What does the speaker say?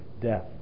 death